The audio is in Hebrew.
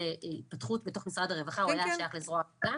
בהליך של התפתחות בתוך משרד הרווחה והוא היה שייך לזרוע העבודה.